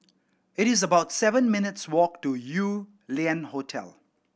it is about seven minutes' walk to Yew Lian Hotel